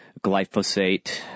glyphosate